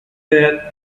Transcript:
there